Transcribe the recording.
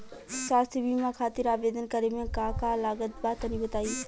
स्वास्थ्य बीमा खातिर आवेदन करे मे का का लागत बा तनि बताई?